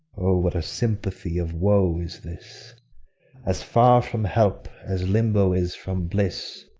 what a sympathy of woe is this as far from help as limbo is from bliss!